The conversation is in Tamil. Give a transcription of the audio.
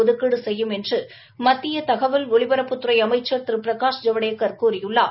ஒதுக்கீடு செய்யும் என்று மத்திய தகவல் ஒலிபரப்புத்துறை அமைச்சர் திரு பிரகாஷ் ஜவடேக்கர் கூறியுள்ளார்